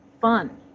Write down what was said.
fun